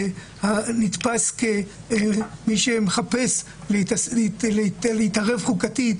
שבית המשפט נתפס כמי שמחפש להתערב חוקתית,